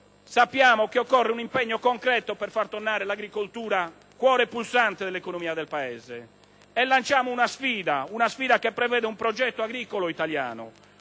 sappiamo che occorre uno impegno concreto per far tornare l'agricoltura il cuore pulsante dell'economia del Paese. E lanciamo una sfida, una sfida che prevede un progetto agricolo italiano,